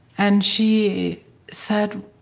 and she said